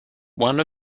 one